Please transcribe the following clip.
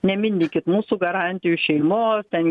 nemindykit mūsų garantijų šeimos ten